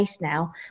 Now